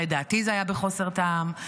לדעתי, זה היה בחוסר טעם.